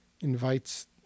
invites